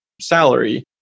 salary